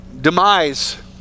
demise